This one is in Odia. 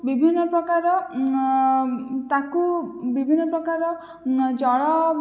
ବିଭିନ୍ନ ପ୍ରକାର ତାକୁ ବିଭିନ୍ନ ପ୍ରକାର ଜଳ